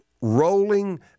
rolling